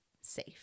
safe